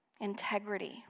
integrity